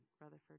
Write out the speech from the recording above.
Rutherford